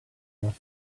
not